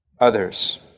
others